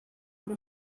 però